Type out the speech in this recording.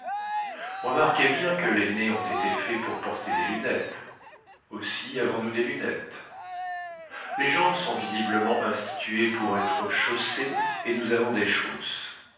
remarquez bien que les nez ont été faits pour porter des lunettes aussi avons-nous des lunettes les jambes sont visiblement instituées pour être chaussées et nous avons des chausses